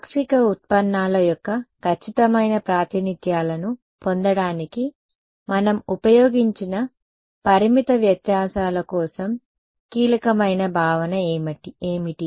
పాక్షిక ఉత్పన్నాల యొక్క ఖచ్చితమైన ప్రాతినిధ్యాలను పొందడానికి మనం ఉపయోగించిన పరిమిత వ్యత్యాసాల కోసం కీలకమైన భావన ఏమిటి